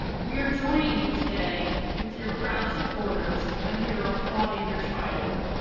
we are joining you today with your proud supporters and we are applauding your triumph.